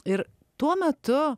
ir tuo metu